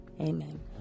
Amen